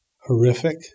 horrific